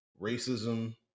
racism